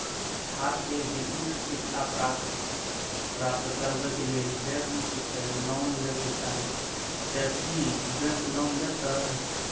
छात्र यदि उच्च शिक्षा प्राप्त करबैक लेल बैंक से लोन लेबे चाहे ते की बैंक लोन देतै?